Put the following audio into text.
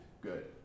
Good